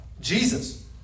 Jesus